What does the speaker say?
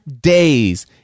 days